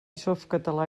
softcatalà